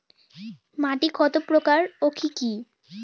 মাটি কত প্রকার ও কি কি?